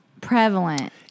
prevalent